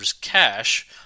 cash